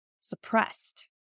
suppressed